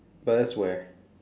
but that's where